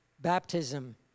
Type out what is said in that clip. baptism